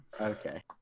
Okay